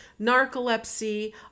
narcolepsy